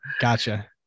Gotcha